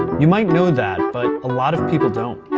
you might know that, but a lot of people don't.